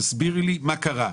תסבירי לי מה קרה,